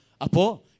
Apo